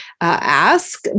ask